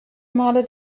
male